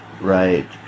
right